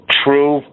true